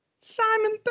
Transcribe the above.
Simon